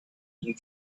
you